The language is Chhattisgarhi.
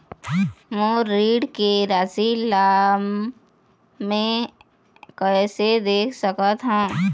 मोर ऋण के राशि ला म कैसे देख सकत हव?